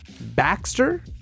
Baxter